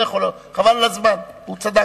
חבל על הזמן, הוא צדק.